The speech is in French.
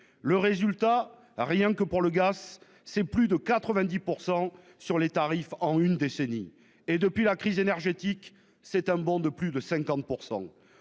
Le résultat, rien que pour le gars c'est plus de 90% sur les tarifs en une décennie, et depuis la crise énergétique. C'est un bond de plus de 50%.